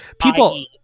People